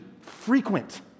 frequent